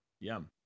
yum